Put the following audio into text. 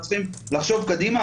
אנחנו צריכים לחשוב קדימה,